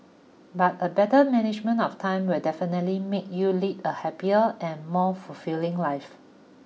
but a better management of time will definitely make you lead a happier and more fulfilling life